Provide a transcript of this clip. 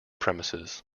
premises